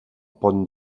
pont